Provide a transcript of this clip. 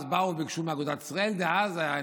אז באו וביקשו מאגודת ישראל דאז,